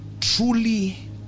truly